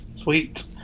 sweet